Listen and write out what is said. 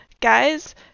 guys